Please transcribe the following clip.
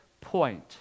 point